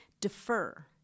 Defer